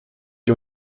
die